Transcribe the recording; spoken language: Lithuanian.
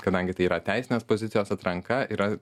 kadangi tai yra teisinės pozicijos atranka yra